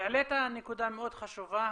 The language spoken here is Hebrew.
העלית נקודה מאוד חשובה,